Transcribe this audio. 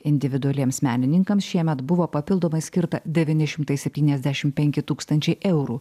individualiems menininkams šiemet buvo papildomai skirta devyni šimtai septyniasdešimt penki tūkstančiai eurų